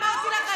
אמרתי לך,